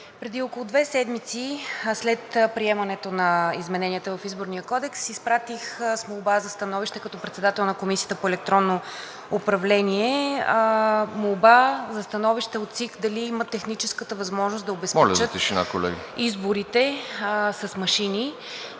преди около две седмици – след приемането на измененията в Изборния кодекс, като председател на Комисията по електронно управление изпратих молба за становище от ЦИК дали имат техническата възможност да обезпечат изборите с машини